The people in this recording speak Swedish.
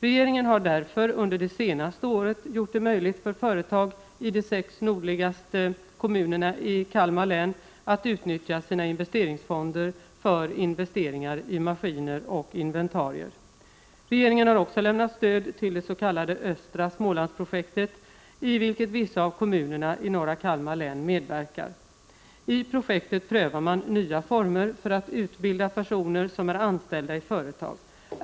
Regeringen har därför under det senaste året gjort det möjligt för företag i de sex nordligaste kommunerna i Kalmar län att utnyttja sina investeringsfonder för investeringar i maskiner och inventarier. Regeringen har också lämnat stöd till det s.k. Östra Smålandsprojektet, i vilket vissa av kommunerna i norra Kalmar län medverkar. I projektet prövar man nya former för att utbilda personer som är anställda i företag.